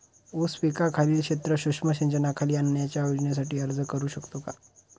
ऊस पिकाखालील क्षेत्र सूक्ष्म सिंचनाखाली आणण्याच्या योजनेसाठी अर्ज करू शकतो का?